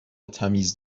تمیز